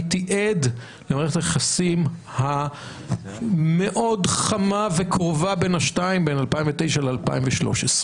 הייתי עד למערכת היחסים המאוד חמה וקרובה בין השניים בין 2009 ל-2013.